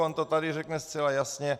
On to tady řekne zcela jasně.